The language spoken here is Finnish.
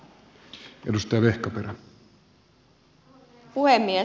arvoisa puhemies